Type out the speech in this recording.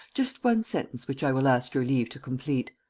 just one sentence which i will ask your leave to complete.